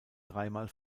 dreimal